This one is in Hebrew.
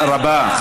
תודה רבה.